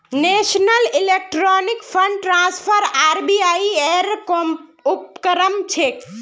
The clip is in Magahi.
national electronic fund transfer RBI ऐर उपक्रम छेक